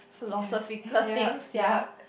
philosophical thing sia